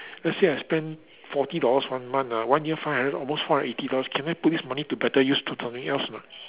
let's say I spend forty dollars one month ah one year five hundred almost four hundred and eighty dollars can I put this money to better use to something else or not